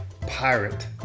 pirate